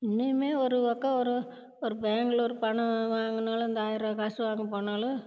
இன்னையுமே ஒரு பக்கம் ஒரு ஒரு பேங்க்கில் ஒரு பணம் வாங்கினாலும் அந்த ஆயரரூவா காசு வாங்கப் போனாலும்